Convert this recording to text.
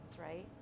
right